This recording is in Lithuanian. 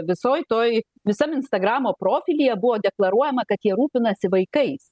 visoj toj visam instagramo profilyje buvo deklaruojama kad jie rūpinasi vaikais